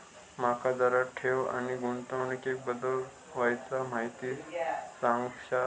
माका जरा ठेव आणि गुंतवणूकी बद्दल वायचं माहिती सांगशात?